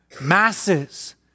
masses